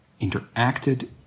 interacted